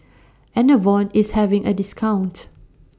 Enervon IS having A discount